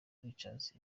pictures